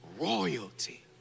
royalty